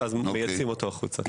לכן מייצאים אותו החוצה.